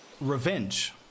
revenge